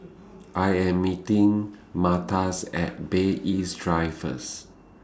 I Am meeting Marta's At Bay East Drive First